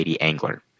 Angler